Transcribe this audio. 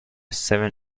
seven